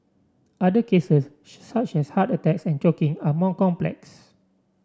other cases such as heart attacks and choking are more complex